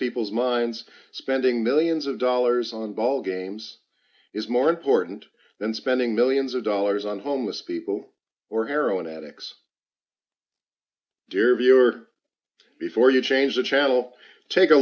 people's minds spending millions of dollars on ballgames is more important than spending millions of dollars on homeless people or heroin addicts dear viewer before you change the channel take a